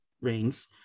rings